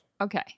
Okay